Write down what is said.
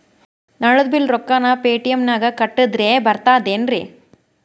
ನಳದ್ ಬಿಲ್ ರೊಕ್ಕನಾ ಪೇಟಿಎಂ ನಾಗ ಕಟ್ಟದ್ರೆ ಬರ್ತಾದೇನ್ರಿ?